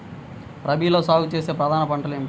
రబీలో సాగు చేసే ప్రధాన పంటలు ఏమిటి?